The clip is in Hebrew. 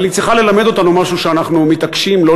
אבל היא צריכה ללמד אותנו משהו שאנחנו מתעקשים לא